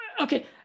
Okay